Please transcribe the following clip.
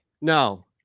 No